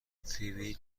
فیبی